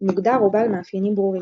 מוגדר ובעל מאפיינים ברורים,